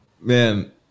man